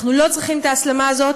אנחנו לא צריכים את ההסלמה הזאת,